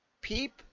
Peep